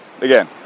Again